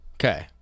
Okay